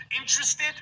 Interested